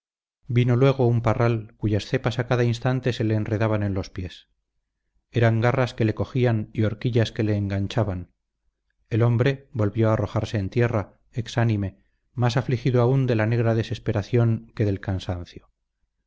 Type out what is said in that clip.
vino luego un parral cuyas cepas a cada instante se le enredaban en los pies eran garras que le cogían y horquillas que le enganchaban el hombre volvió a arrojarse en tierra exánime más afligido aún de la negra desesperación que del cansancio